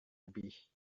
lebih